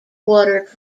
water